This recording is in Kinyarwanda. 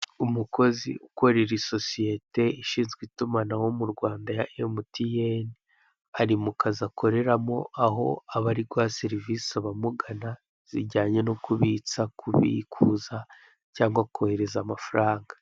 Umukozi ukorera isosiyete ishinzwe itumanaho mu Rwanda ya MTN, ari mu kazu akoreramo aho aba ari guha serivisi abamugana, zijyanye no kubitsa, kubikuza cyangwa kohereza amafaranga.